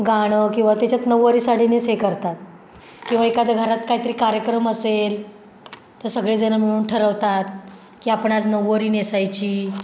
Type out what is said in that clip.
गाणं किंवा त्याच्यात नऊवारी साडी नेस हे करतात किंवा एखाद्या घरात काहीतरी कार्यक्रम असेल तर सगळेजणं मिळून ठरवतात की आपण आज नऊवारी नेसायची